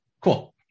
Cool